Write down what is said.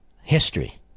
History